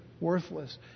worthless